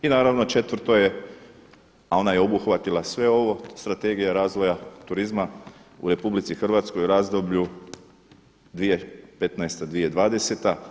I naravno četvrto je, a ona je obuhvatila sve ovo, Strategija razvoja turizma u RH u razdoblju 2015. – 2020.